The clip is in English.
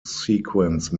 sequence